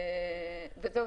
וזהו,